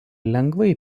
lengvai